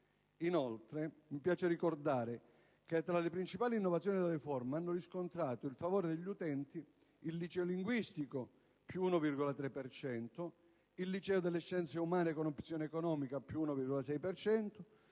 Inoltre, mi piace ricordare che, tra le principali innovazioni della riforma, hanno riscontrato il favore degli utenti il liceo linguistico (+1,3 per cento), il liceo delle scienze umane con opzione economica (+1,6